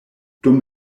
dum